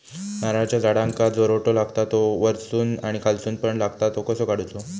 नारळाच्या झाडांका जो रोटो लागता तो वर्सून आणि खालसून पण लागता तो कसो काडूचो?